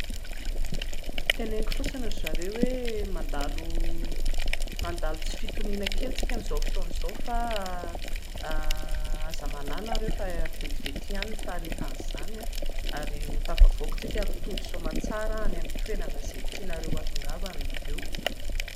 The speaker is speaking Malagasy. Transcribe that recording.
Teneniko fotsiny ry zareo hoe mandalo tsy fitoniana kely isika amin'izao fotoana izao fa aza manahy ianareo fa vetivety ihany ny faharetan'izany ary ho tafavoaka isika ary ho tody soamantsara any amin'izay toerana tianareo hatongavana ianareo